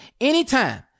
anytime